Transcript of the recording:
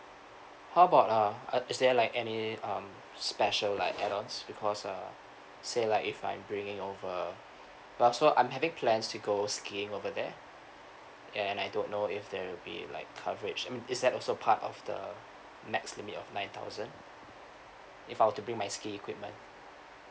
how about uh uh is there like any um special like add ons because uh say like if I'm bringing of uh because so I'm having plans to go skiing over there and I don't know if there will be like coverage um is that also part of the max limit of nine thousand if I'll to bring my skiing equipment